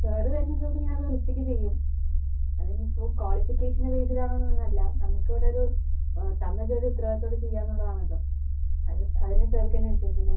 sir തരുന്ന ജോലി ഞാൻ അത് വൃത്തിക്ക് ചെയ്യും അതിനിപ്പോൾ ക്വാളിഫിക്കേഷനെ ബേസ് ചെയ്താണോയെന്നൊന്നും അല്ല നമുക്കിവിടെയൊരു തന്ന ജോലി ഉത്തരവാദിത്തത്തോടെ ചെയ്യാമെന്നുള്ളതാണല്ലോ അത് അതിനു സാർക്കെന്നെ വിശ്വസിക്കാം